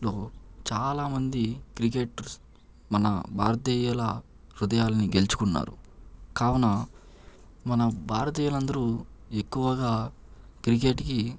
చాలామంది క్రికెట్ మన భారతీయుల హృదయాలను గెలుచుకున్నారు కావున మన భారతీయులందరూ ఎక్కువగా క్రికెట్కి